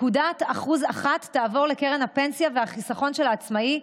נקודת אחוז אחת תעבור לקרן הפנסיה והחיסכון של העצמאי,